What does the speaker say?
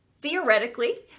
theoretically